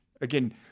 Again